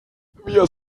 wir